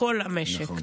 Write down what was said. לכל המשק.